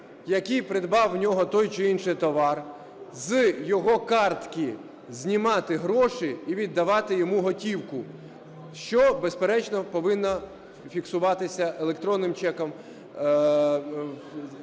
який придбав в нього той чи інший товар, з його картки знімати гроші і віддавати йому готівку, що, безперечно, повинно фіксуватися електронним чеком,